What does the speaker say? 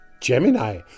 Gemini